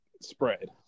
spread